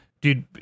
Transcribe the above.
dude